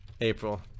April